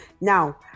now